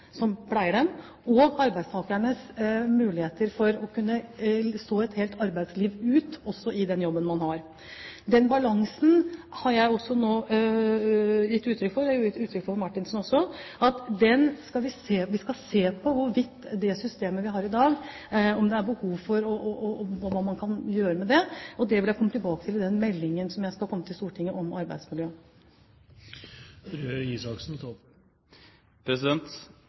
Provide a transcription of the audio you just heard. som pleier dem, og arbeidstakernes muligheter for å kunne stå et helt arbeidsliv ut i den jobben man har. Den balansen har jeg nå gitt uttrykk for, også overfor Martinsen. Vi skal se på hvorvidt det er behov for å gjøre noe med det systemet vi har. Det vil jeg komme tilbake til i den meldingen jeg skal komme til Stortinget med, om